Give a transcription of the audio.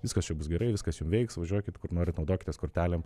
viskas čia bus gerai viskas jum veiks važiuokit kur norit naudokitės kortelėm